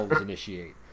initiate